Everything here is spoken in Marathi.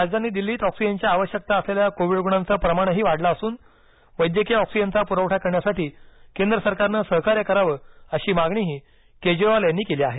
राजधानी दिल्लीत ऑक्सिजनची आवश्यकता असलेल्या कोविड रुग्णांचं प्रमाणही वाढलं असून वैद्यकीय ऑक्सिजनचा पुरवठा करण्यासाठी केंद्र सरकारनं सहकार्य करावं अशी मागणीही केजरीवाल यांनी केली आहे